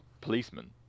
policeman